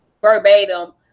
verbatim